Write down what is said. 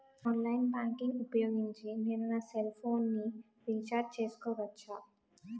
Online banking ఊపోయోగించి నేను నా సెల్ ఫోను ని రీఛార్జ్ చేసుకోవచ్చా?